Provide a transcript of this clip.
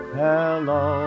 hello